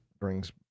brings